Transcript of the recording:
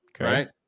Right